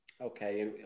Okay